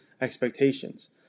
expectations